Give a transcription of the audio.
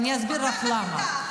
לא מתווכחת איתך, זאת רק הערה.